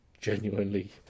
genuinely